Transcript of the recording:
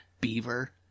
beaver